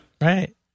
Right